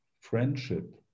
friendship